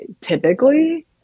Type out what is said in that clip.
typically